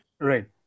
Right